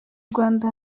rwanda